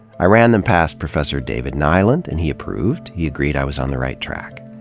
i ran them past professor david nylund, and he approved, he agreed i was on the right track.